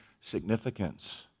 significance